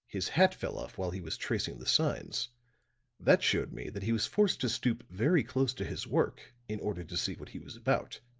his hat fell off while he was tracing the signs that showed me that he was forced to stoop very close to his work in order to see what he was about.